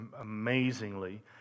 amazingly